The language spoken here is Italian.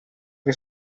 che